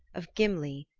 of gimli,